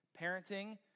parenting